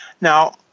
Now